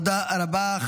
תודה רבה.